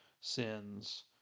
sins